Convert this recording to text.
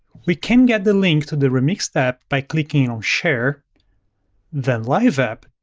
we can get the link to the remixed app by clicking on share then live app,